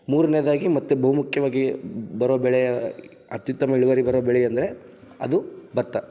ಮೂರನೇದಾಗಿ ಮತ್ತು ಬಹುಮುಖ್ಯವಾಗಿ ಬರೋ ಬೆಳೆ ಅತ್ಯುತ್ತಮ ಇಳುವರಿ ಬರೋ ಬೆಳೆ ಎಂದರೆ ಅದು ಭತ್ತ